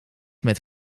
met